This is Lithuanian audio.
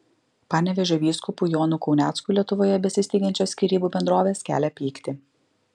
panevėžio vyskupui jonui kauneckui lietuvoje besisteigiančios skyrybų bendrovės kelia pyktį